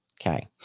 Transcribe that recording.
Okay